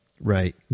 Right